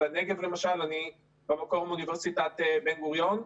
אני במקור מאוניברסיטת בן גוריון.